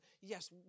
yes